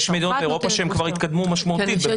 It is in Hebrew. יש מדינות באירופה שהן כבר התקדמו משמעותית בבוסטר.